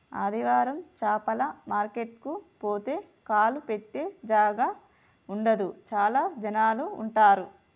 ఆదివారం చాపల మార్కెట్ కు పోతే కాలు పెట్టె జాగా ఉండదు చాల జనాలు ఉంటరు